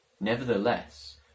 Nevertheless